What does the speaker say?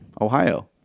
Ohio